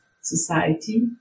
society